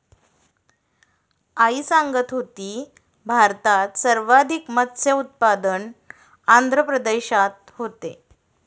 आई सांगत होती, भारतात सर्वाधिक मत्स्य उत्पादन आंध्र प्रदेशात होते